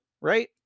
right